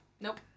Nope